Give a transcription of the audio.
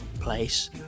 place